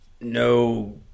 no